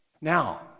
Now